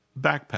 backpack